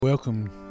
Welcome